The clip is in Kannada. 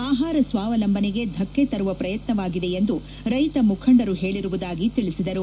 ಆಹಾರ ಸ್ವಾವಲಂಬನೆಗೆ ಧಕ್ಕೆ ತರುವ ಪ್ರಯತ್ನವಾಗಿದೆ ಎಂದು ರೈತ ಮುಖಂಡರು ಹೇಳಿರುವುದಾಗಿ ತಿಳಿಸಿದರು